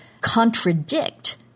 contradict